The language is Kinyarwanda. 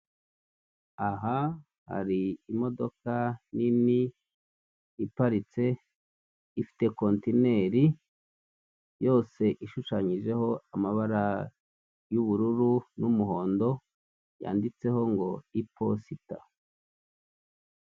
Aha hari imodoka nini iparitse ifite kontineri yose ishushanyijeho amabara y'ubururu n'umuhondo yanditseho ngo iposita.